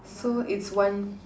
so its one